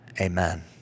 amen